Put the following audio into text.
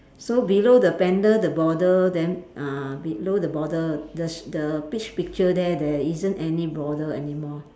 so below the blender the border then uh below the border the sh~ the peach picture there there isn't any border anymore